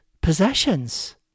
possessions